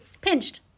pinched